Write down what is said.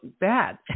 bad